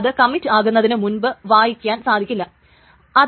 ചെറിയ ടൈംസ്റ്റാമ്പ് ഉള്ളതിന് ആയിരിക്കും പ്രാധാന്യം കൂടുതൽ